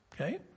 okay